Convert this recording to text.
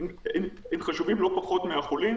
אני לא אומרת שאין מידי פעם תקלות.